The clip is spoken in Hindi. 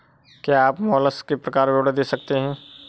क्या आप मोलस्क के प्रकार का विवरण दे सकते हैं?